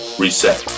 reset